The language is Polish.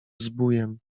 zbójem